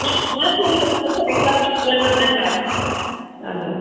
ना नातिनीको लागि चाहिएको राम्रो राम्रो जामाहरू हजुर